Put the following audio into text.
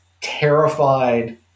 terrified